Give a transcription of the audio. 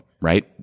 right